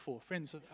Friends